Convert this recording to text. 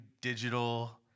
digital